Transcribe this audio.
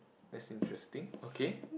that's interesting okay